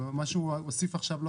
הוא הוסיף עכשיו.